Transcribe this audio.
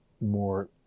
more